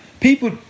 people